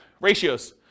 Ratios